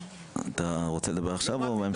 אתה רוצה לדבר עכשיו או בהמשך?